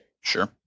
Sure